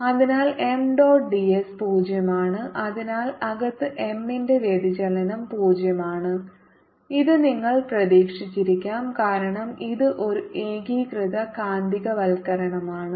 അതിനാൽ M dot d s 0 ആണ് അതിനാൽ അകത്ത് M ന്റെ വ്യതിചലനം 0 ആണ് ഇത് നിങ്ങൾ പ്രതീക്ഷിച്ചിരിക്കാം കാരണം ഇത് ഒരു ഏകീകൃത കാന്തികവൽക്കരണമാണ്